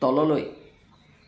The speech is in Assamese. তললৈ